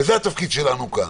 וזה התפקיד שלנו כאן,